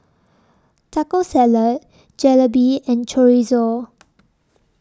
Taco Salad Jalebi and Chorizo